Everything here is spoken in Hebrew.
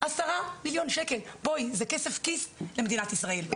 עשרה מיליון שקל זה כסף כיס למדינת ישראל.